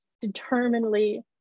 determinedly